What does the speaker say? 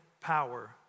power